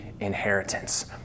inheritance